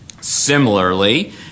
Similarly